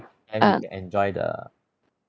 then you can enjoy the